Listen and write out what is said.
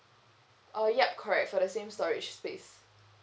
uh yup correct for the same storage space